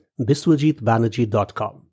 biswajitbanerjee.com